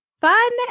fun